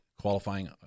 qualifying